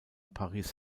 paris